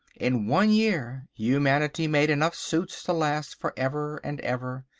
in one year humanity made enough suits to last for ever and ever.